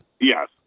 Yes